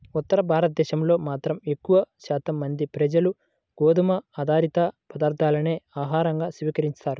ఉత్తర భారతదేశంలో మాత్రం ఎక్కువ శాతం మంది ప్రజలు గోధుమ ఆధారిత పదార్ధాలనే ఆహారంగా స్వీకరిస్తారు